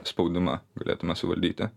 spaudimą galėtume suvaldyti